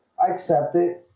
i accept it.